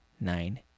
nine